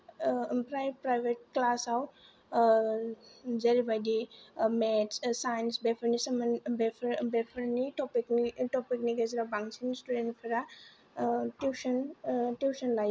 ओमफ्राय प्राइभेट क्लासआव जोरैबायदि मेथ्स साइन्स बेफोरनि सोमोन्दै बेफोरनि टपिकनि गेजेराव बांसिन स्टुडेन्टसफोरा टिउसन टिउसन लायो